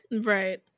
right